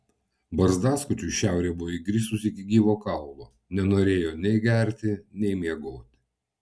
barzdaskučiui šiaurė buvo įgrisusi iki gyvo kaulo nenorėjo nei gerti nei miegoti